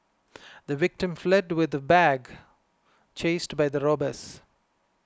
the victim fled with the bag chased by the robbers